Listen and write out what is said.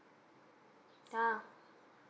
yeah